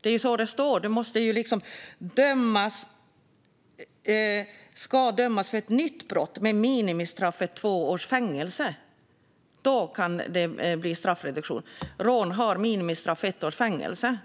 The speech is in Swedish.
Det står att det kan bli straffreduktion när man "ska dömas för ett nytt brott med minimistraffet två års fängelse". Rån har minimistraffet ett års fängelse.